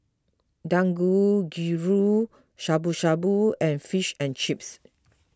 Dangojiru Shabu Shabu and Fish and Chips